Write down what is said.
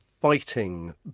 fighting